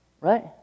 right